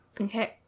Okay